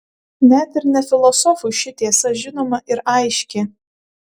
net ir ne filosofui ši tiesa žinoma ir aiški